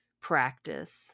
practice